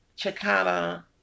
Chicana